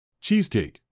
cheesecake